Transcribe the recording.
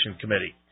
committee